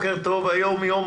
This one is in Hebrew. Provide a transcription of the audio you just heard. היום יום